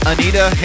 Anita